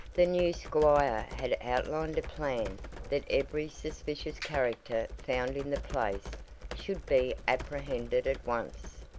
the new squire had outlined a plan that every suspicious character found in the place should be apprehended at once,